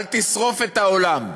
אל תשרוף את העולם.